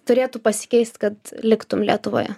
turėtų pasikeist kad liktum lietuvoje